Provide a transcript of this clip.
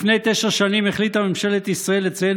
לפני תשע שנים החליטה ממשלת ישראל לציין